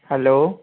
hello